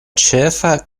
ĉefa